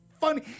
funny